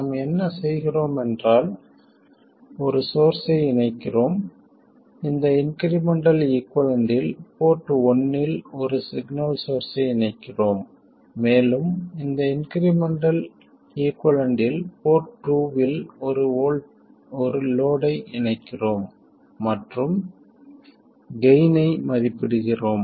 நாம் என்ன செய்கிறோம் என்றால் ஒரு சோர்ஸ்ஸை இணைக்கிறோம் இந்த இன்க்ரிமெண்டல் ஈகுவலன்ட்டில் போர்ட் ஒன்னில் ஒரு சிக்னல் சோர்ஸ்ஸை இணைக்கிறோம் மேலும் இந்த இன்க்ரிமெண்டல் ஈகுவலன்ட்டில் போர்ட் டூவில் ஒரு லோட் ஐ இணைக்கிறோம் மற்றும் கெய்ன் ஐ மதிப்பிடுகிறோம்